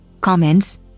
comments